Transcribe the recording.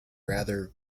rather